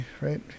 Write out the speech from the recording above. right